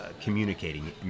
communicating